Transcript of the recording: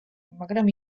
მაგრამ